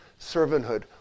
servanthood